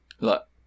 look